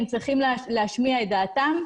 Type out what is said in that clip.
הם צריכים להשמיע את דעתם.